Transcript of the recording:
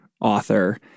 author